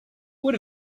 would